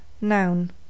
noun